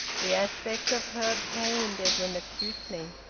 the aspect of her pained edwin acutely.